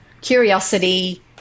curiosity